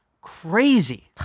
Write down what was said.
Crazy